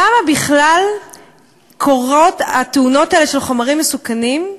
למה בכלל קורות התאונות האלה של חומרים מסוכנים,